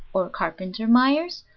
or carpenter myers,